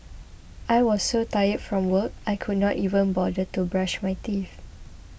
I was so tired from work I could not even bother to brush my teeth